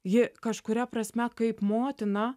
ji kažkuria prasme kaip motina